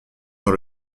dans